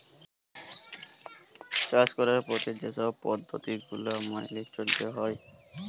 চাষ ক্যরার পরে যে ছব পদ্ধতি গুলা ম্যাইলে চ্যইলতে হ্যয়